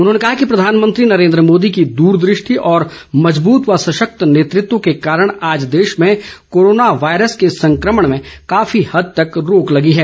उन्होंने कहा कि प्रधानमंत्री नरेंद्र मोदी की द्रदृष्टि और मजबूत व सशक्त नेतृत्व के कारण आज देश में कोरोना वायरस के संक्रमण में काफी हद तक रोक लगी है